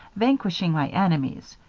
vanquishing my enemies.